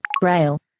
Braille